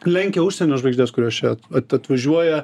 lenkia užsienio žvaigždes kurios čia at atvažiuoja